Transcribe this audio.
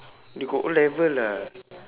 they got O-level ah